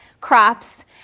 crops